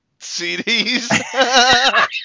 CDs